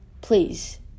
please